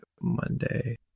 Monday